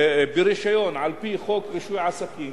וחוק רישוי עסקים